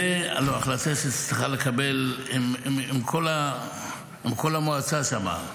זו החלטה שצריכה להתקבל עם כל המועצה שם.